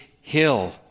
hill